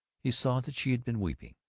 he saw that she had been weeping.